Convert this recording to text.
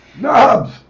Nubs